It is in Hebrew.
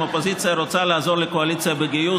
אם האופוזיציה רוצה לעזור לקואליציה בגיוס,